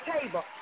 table